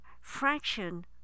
fraction